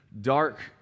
dark